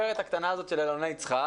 שמאז אני עם המחברת הקטנה הזאת של אלוני יצחק.